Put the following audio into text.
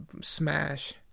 smash